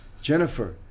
Jennifer